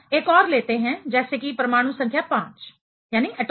हम एक और लेते हैं जैसे कि परमाणु संख्या 5